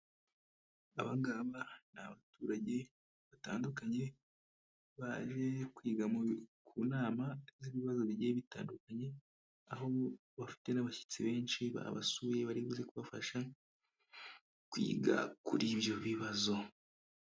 Aba ngaba ni abaturage batandukanye baje kwiga mu nama z'ibibazo bigiye bitandukanye aho bafite n'abashyitsi benshi babasuye bari buze kubafasha kwiga kuri ibyo bibazo.